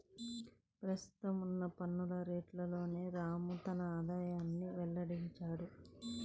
ప్రస్తుతం ఉన్న పన్ను రేట్లలోనే రాము తన ఆదాయాన్ని వెల్లడించాడు